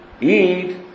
eat